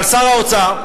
אבל שר האוצר,